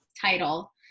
title